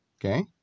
okay